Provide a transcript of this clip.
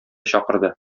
чакырды